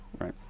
Right